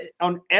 on